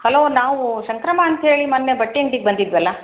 hello ನಾವು ಶಂಕ್ರಮ್ಮ ಅಂಥೇಳಿ ಮೊನ್ನೆ ಬಟ್ಟೆ ಅಂಗ್ಡಿಗೆ ಬಂದಿದ್ವಲ್ಲ